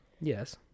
Yes